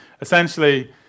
essentially